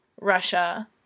Russia